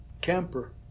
camper